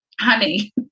Honey